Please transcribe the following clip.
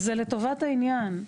זה לטובת העניין.